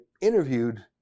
interviewed